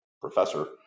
professor